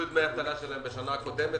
ההיצע של המשרות הצטמצם מאוד,